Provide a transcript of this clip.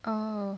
oh